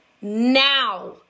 now